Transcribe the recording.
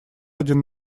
один